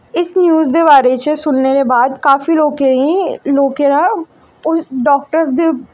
इस न्यूज दे बारे च सुनने दे बाद काफी लोकें गी लोकें दा उस डाक्टर